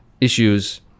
issues